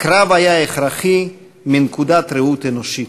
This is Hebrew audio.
"הקרב היה הכרחי מנקודת ראות אנושית.